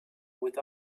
with